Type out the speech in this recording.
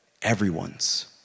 everyone's